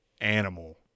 animal